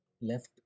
left